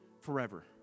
forever